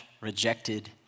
rejected